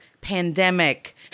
pandemic